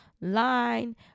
line